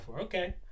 Okay